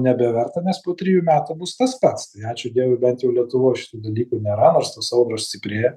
nebeverta nes po trijų metų bus tas pats ačiū dievui bent jau lietuvoj šitų dalykų nėra nors tos audros stiprėja